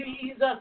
Jesus